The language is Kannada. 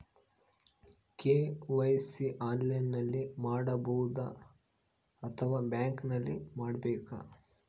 ಕೆ.ವೈ.ಸಿ ಆನ್ಲೈನಲ್ಲಿ ಮಾಡಬಹುದಾ ಅಥವಾ ಬ್ಯಾಂಕಿನಲ್ಲಿ ಮಾಡ್ಬೇಕಾ?